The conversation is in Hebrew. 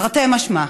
תרתי משמע,